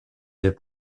des